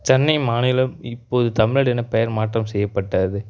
சென்னை மாநிலம் இப்போது தமிழ்நாடு எனப் பெயர் மாற்றம் செய்யப்பட்டது